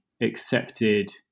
accepted